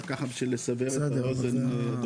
כדי לסבר את האוזן,